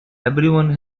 everyone